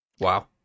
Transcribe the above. Wow